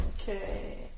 okay